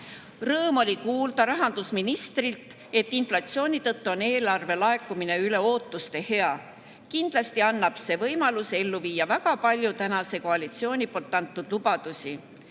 oli kuulda rahandusministrilt, et inflatsiooni tõttu on eelarve laekumine üle ootuste hea. Kindlasti annab see võimaluse viia ellu väga paljusid tänase koalitsiooni antud lubadusi.